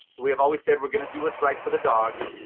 we have always said we're going to do what's right for the dog.